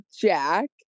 Jack